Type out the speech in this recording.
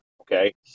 Okay